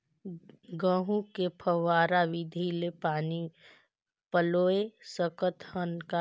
गहूं मे फव्वारा विधि ले पानी पलोय सकत हन का?